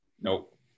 Nope